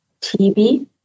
TB